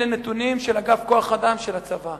אלה נתונים של אגף כוח-אדם של הצבא.